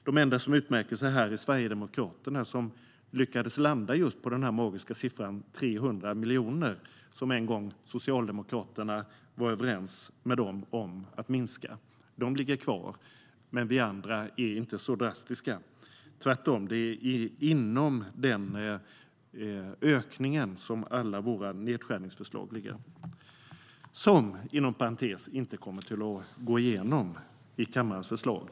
De enda som utmärker sig är Sverigedemokraterna, som lyckades landa just på den magiska siffran 300 miljoner, som en gång Socialdemokraterna var överens med dem om att minska med. De ligger kvar. Men vi andra är inte så drastiska - tvärtom. Det är inom den här ökningen som alla våra nedskärningsförslag ligger. De kommer, inom parentes, inte att gå igenom i kammaren.